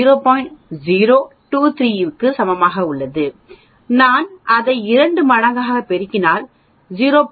023 க்கு சமமாக இருக்கும் நான் அதை இரண்டு மடங்காக பெருக்கினால் அது 0